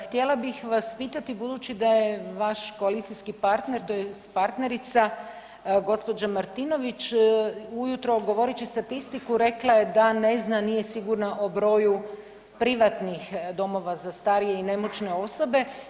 Htjela bih vas pitati budući da je vaš koalicijski partner tj. partnerica gđa. Martinović ujutro govoreći statistiku rekla je da ne zna, nije sigurna o broju privatnih domova za starije i nemoćne osobe.